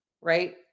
right